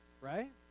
right